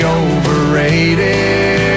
overrated